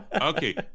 Okay